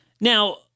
Now